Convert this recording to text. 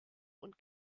und